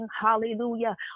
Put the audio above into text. hallelujah